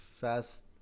Fast